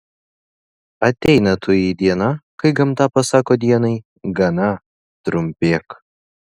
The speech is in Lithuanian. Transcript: ateina toji diena kai gamta pasako dienai gana trumpėk